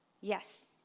Yes